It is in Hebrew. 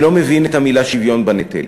אני לא מבין את המילים שוויון בנטל.